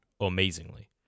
amazingly